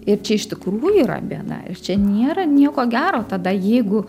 ir čia iš tikrųjų yra bėda čia niera nieko gero tada jeigu